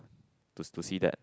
to to see that